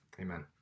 Amen